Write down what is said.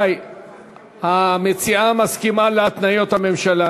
זה נשמע למישהו סביר?